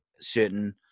certain